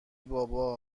بابا